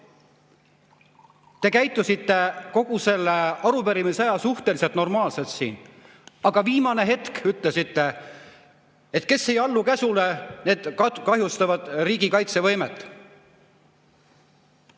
Te käitusite kogu selle arupärimise aja suhteliselt normaalselt siin. Aga viimane hetk ütlesite, et kes ei allu käsule, need kahjustavad riigi kaitsevõimet.